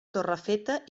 torrefeta